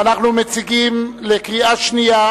ואנחנו מציגים לקריאה שנייה,